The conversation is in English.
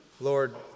Lord